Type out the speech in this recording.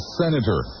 senator